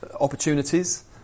opportunities